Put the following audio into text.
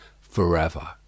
forever